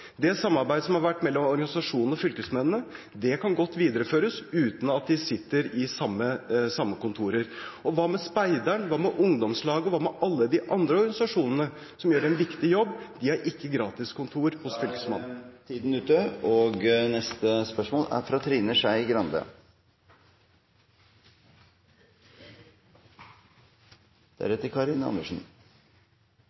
Det samarbeidet som har vært mellom organisasjonene og fylkesmennene, kan godt videreføres uten at de sitter i samme kontorer. Hva med speideren, hva med Ungdomslaget, og hva med alle de andre organisasjonene som gjør en viktig jobb – de har ikke gratis kontor?